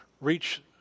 reach